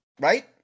right